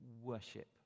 worship